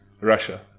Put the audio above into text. Russia